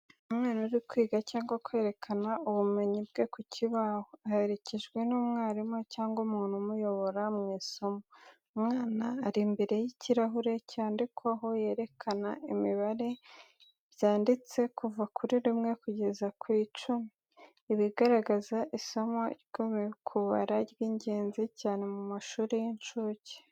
Umwana uri kwiga cyangwa kwerekana ubumenyi bwe ku kibaho, aherekejwe n’umwarimu cyangwa umuntu umuyobora mu isomo. umwana ari imbere y’ikirahuri cyandikwaho, yerekana imibare byanditse “kuva kuri 1 kugeza kuri 10. ibi bigaragaza isomo ryo kubara, ry’ingenzi cyane mu mashuri y’inshuke.